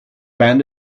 band